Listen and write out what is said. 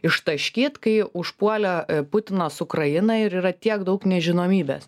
ištaškyt kai užpuolė putinas ukrainą ir yra tiek daug nežinomybės